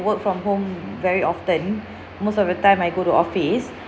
to work from home very often most of the time I go to office